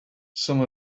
some